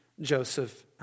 Joseph